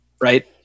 right